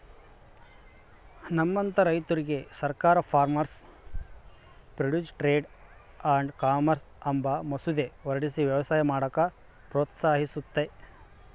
ನಮ್ಮಂತ ರೈತುರ್ಗೆ ಸರ್ಕಾರ farmers produce trade and commerce ಅಂಬ ಮಸೂದೆ ಹೊರಡಿಸಿ ವ್ಯವಸಾಯ ಮಾಡಾಕ ಪ್ರೋತ್ಸಹಿಸ್ತತೆ